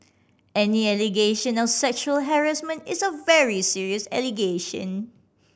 any allegation of sexual harassment is a very serious allegation